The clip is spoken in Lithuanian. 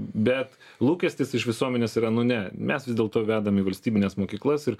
bet lūkestis iš visuomenės yra nu ne mes vis dėlto vedam į valstybines mokyklas ir